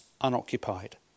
unoccupied